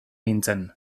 nintzen